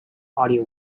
audio